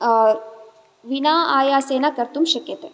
विना आयासेन कर्तुं शक्यते